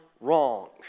wrong